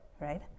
right